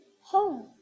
home